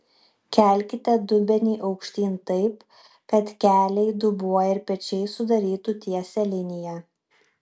kelkite dubenį aukštyn taip kad keliai dubuo ir pečiai sudarytų tiesią liniją